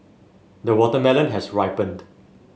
the watermelon has ripened